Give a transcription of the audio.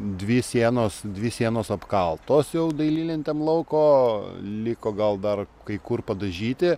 dvi sienos dvi sienos apkaltos jau dailylentėm lauko liko gal dar kai kur padažyti